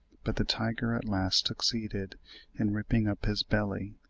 but the tiger at last succeeded in ripping up his belly,